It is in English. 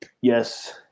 Yes